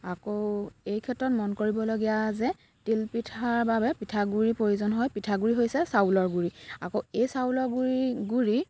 আকৌ এই ক্ষেত্ৰত মন কৰিবলগীয়া যে তিলপিঠাৰ বাবে পিঠাগুড়িৰ প্ৰয়োজন হয় পিঠাগুড়ি হৈছে চাউলৰ গুড়ি আকৌ এই চাউলৰ গুড়িৰ গুড়ি